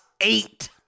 eight